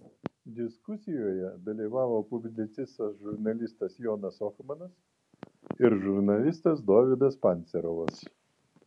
diskusijoje dalyvavo publicistas žurnalistas jonas ohmanas ir žurnalistas dovydas pancerovas